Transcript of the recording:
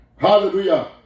Hallelujah